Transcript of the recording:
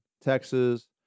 Texas